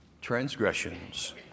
transgressions